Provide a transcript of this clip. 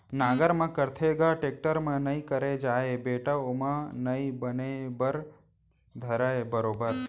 नांगर म करथे ग, टेक्टर म नइ करे जाय बेटा ओमा नइ बने बर धरय बरोबर